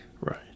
Right